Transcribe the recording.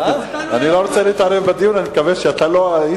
אני לא רוצה להתערב בדיון,